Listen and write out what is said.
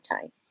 time